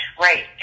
Right